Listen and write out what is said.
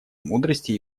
мудрости